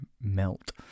melt